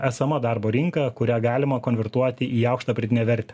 esama darbo rinka kurią galima konvertuoti į aukštą pridėtinę vertę